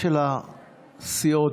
של הסיעות.